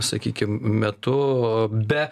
sakykim metu be